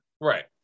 Right